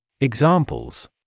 Examples